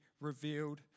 revealed